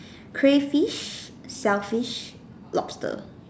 cray fish shell fish lobster